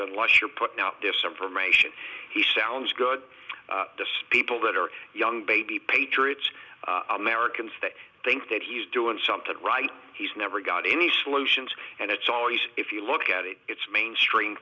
unless you're putting out this information he sounds good people that are young baby patriots americans that think that he's doing something right he's never got any solutions and it's always if you look at it it's mainstream